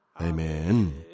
Amen